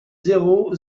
zéro